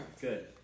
Good